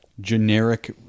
generic